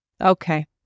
Okay